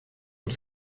und